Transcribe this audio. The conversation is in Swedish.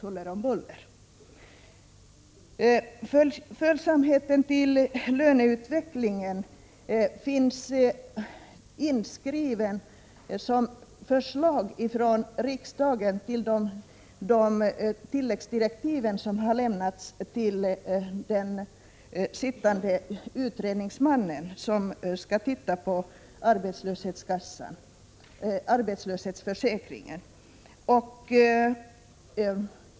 Följsamheten till löneutvecklingen finns inskriven som förslag från riksdagen till de tilläggsdirektiv som har lämnats till den sittande utredaren av arbetslöshetsförsäkringen.